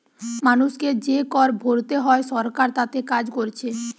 মানুষকে যে কর ভোরতে হয় সরকার তাতে কাজ কোরছে